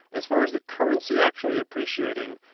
as far as the currency actually appreciating,